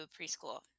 preschool